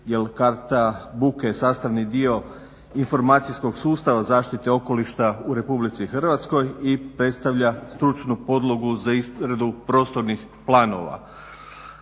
jer karta buke je sastavni dio informacijskog sustava zaštite okoliša u Republici Hrvatskoj i predstavlja stručnu podlogu za izradu prostornih planova.